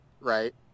right